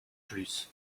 plus